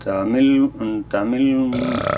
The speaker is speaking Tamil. தமிழ் தமிழ்